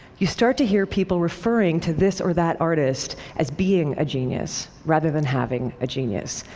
you start to hear people referring to this or that artist as being a genius, rather than having a genius.